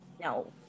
No